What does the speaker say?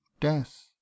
death